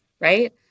right